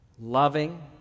loving